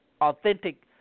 authentic